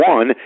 One